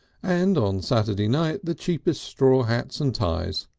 and on saturday night the cheapest straw hats and ties,